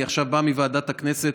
אני עכשיו בא מוועדת הכנסת,